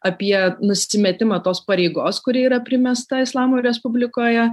apie nusimetimą tos pareigos kuri yra primesta islamo respublikoje